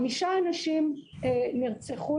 חמישה אנשים נרצחו